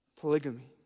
Polygamy